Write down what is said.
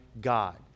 God